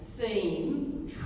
seem